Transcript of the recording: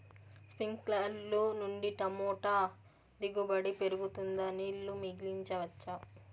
స్ప్రింక్లర్లు నుండి టమోటా దిగుబడి పెరుగుతుందా? నీళ్లు మిగిలించవచ్చా?